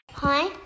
Hi